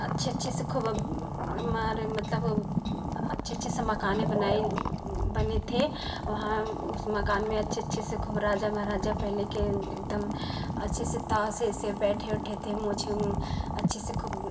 अच्छे अच्छे से खुब मारे मतलब अच्छे अच्छे से मकान बनाए बने थे वहाँ उस मकान में अच्छे अच्छे से खूब राजा महाराजा पहले के एकदम अच्छे से ताव से ऐसे बैठे उठे से मूंछे अच्छे से खूब